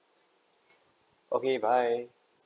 okay bye